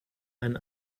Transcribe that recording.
einen